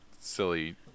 silly